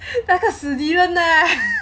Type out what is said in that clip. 那个死 dylan ah